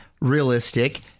realistic